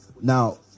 Now